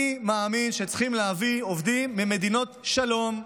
אני מאמין שצריכים להביא עובדים ממדינות שלום,